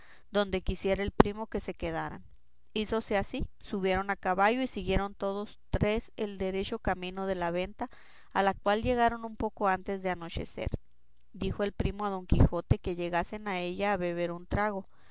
donde quisiera el primo que se quedaran hízose así subieron a caballo y siguieron todos tres el derecho camino de la venta a la cual llegaron un poco antes de anochecer dijo el primo a don quijote que llegasen a ella a beber un trago